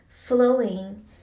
flowing